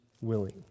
willing